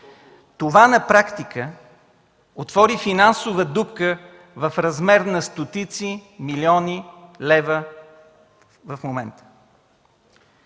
Това на практика отвори финансова дупка в размер на стотици милиони лева в момента.